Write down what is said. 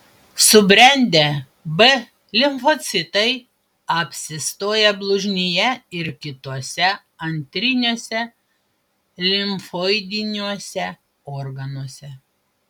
subrendę b limfocitai apsistoja blužnyje ir kituose antriniuose limfoidiniuose organuose